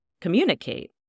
communicate